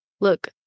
look